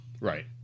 Right